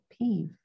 peeve